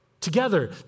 together